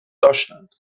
داشتند